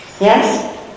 Yes